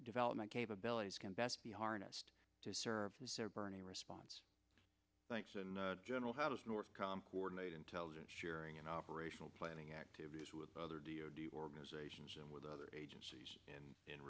development capabilities can best be harnessed to service or bernie response thanks in general how does north com coordinate intelligence sharing in operational planning activities with other d o d organizations and with other agencies in